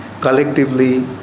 collectively